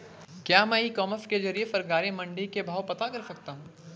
क्या मैं e commerce के ज़रिए सरकारी मंडी के भाव पता कर सकता हूँ?